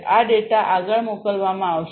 આ ડેટા આગળ મોકલવામાં આવશે